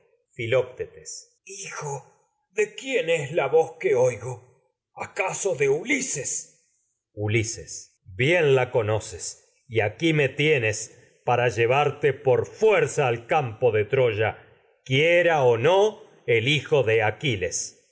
filoctetes hijo de quién es la voz que oigo acaso de ulises ulises bien llevarte la conoces y aquí me tienes para por fuerza al campo de troya quiera o no el hijo de aquiles